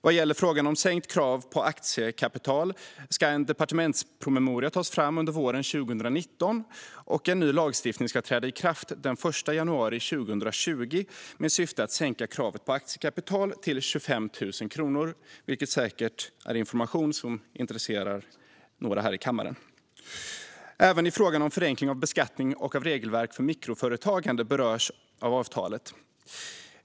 Vad gäller frågan om sänkt krav på aktiekapital ska en departementspromemoria tas fram under våren 2019, och en ny lagstiftning ska träda i kraft den 1 januari 2020 med syfte att sänka kravet på aktiekapital till 25 000 kronor, vilket säkert är information som intresserar några här i kammaren. Även frågan om förenkling av beskattning och av regelverk för mikroföretagande berörs av avtalet.